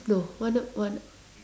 no one of one